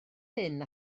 hyn